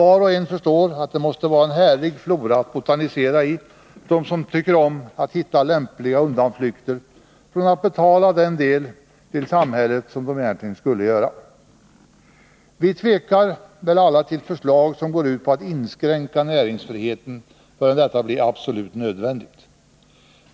Var och en förstår att det måste vara en härlig flora att botanisera i för dem som tycker om att hitta lämpliga undanflykter för att slippa betala den del till samhället som de egentligen skulle betala. Vi tvekar väl alla inför förslag som går ut på att inskränka näringsfriheten. Vi gör det inte förrän detta blir absolut nödvändigt.